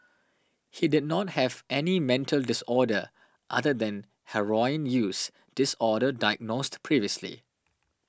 he did not have any mental disorder other than heroin use disorder diagnosed previously